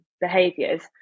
behaviors